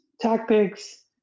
tactics